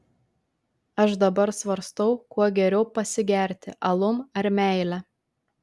aš dabar svarstau kuo geriau pasigerti alum ar meile